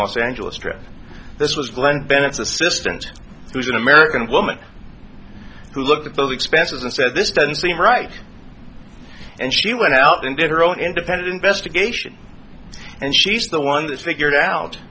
los angeles trip this was glen bennett's assistant who's an american woman who looked at the expenses and said this doesn't seem right and she went out and did her own independent investigation and she's the one that figured out